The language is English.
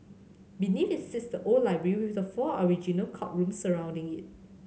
beneath it sits the old library with the four original courtrooms surrounding it